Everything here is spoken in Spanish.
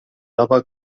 lava